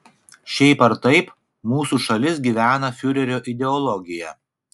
šiaip ar taip mūsų šalis gyvena fiurerio ideologija